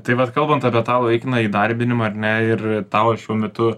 tai vat kalbant apie tą laikiną įdarbinimą ar ne ir tavo šiuo metu